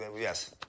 yes